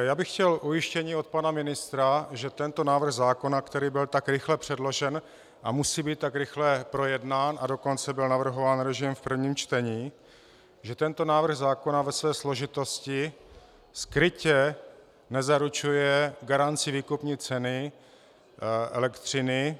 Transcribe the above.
Já bych chtěl ujištění od pana ministra, že tento návrh zákona, který byl tak rychle předložen a musí být tak rychle projednán a dokonce byl navrhován režim v prvním čtení ve své složitosti skrytě nezaručuje garanci výkupní ceny elektřiny